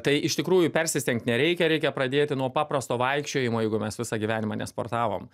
tai iš tikrųjų persistengt nereikia reikia pradėti nuo paprasto vaikščiojimo jeigu mes visą gyvenimą nesportavom